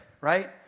right